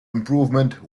improvement